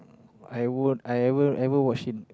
I would I will I will watch it